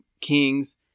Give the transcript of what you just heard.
kings